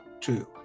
two